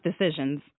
decisions